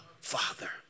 Father